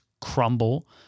crumble